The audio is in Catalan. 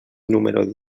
número